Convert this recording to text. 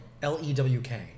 L-E-W-K